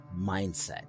mindset